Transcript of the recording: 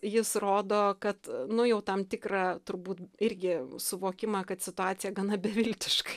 jis rodo kad nu jau tam tikrą turbūt irgi suvokimą kad situacija gana beviltiška